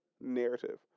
narrative